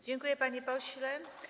Dziękuję, panie pośle.